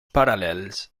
parallels